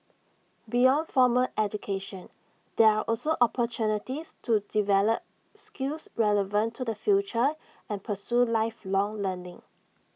beyond formal education there are also opportunities to develop skills relevant to the future and pursue lifelong learning